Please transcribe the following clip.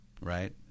right